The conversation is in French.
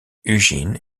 ugine